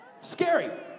Scary